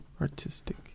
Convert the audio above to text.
artistic